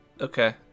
okay